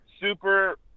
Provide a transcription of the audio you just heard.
Super